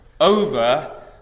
over